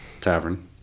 Tavern